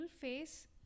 face